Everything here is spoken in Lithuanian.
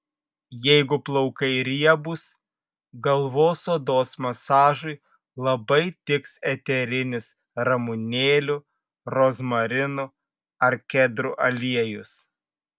jeigu plaukai riebūs galvos odos masažui labai tiks eterinis ramunėlių rozmarinų ar kedrų aliejus